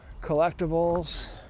collectibles